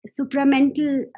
supramental